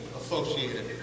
associated